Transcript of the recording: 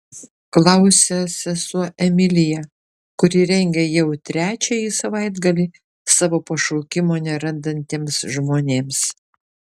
klausia sesuo emilija kuri rengia jau trečiąjį savaitgalį savo pašaukimo nerandantiems žmonėms